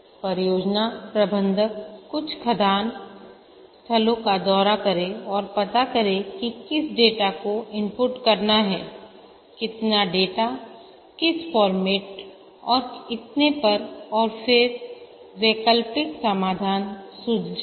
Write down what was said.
परियोजना प्रबंधक कुछ खदान स्थलों का दौरा करेंऔर पता करें कि किस डेटा को इनपुट करना है कितने डेटा किस फॉर्मेट और इतने पर और फिर वैकल्पिक समाधान सुझाएं